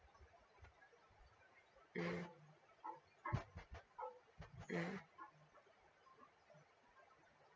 mm mm